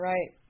Right